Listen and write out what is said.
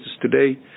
today